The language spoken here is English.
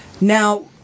Now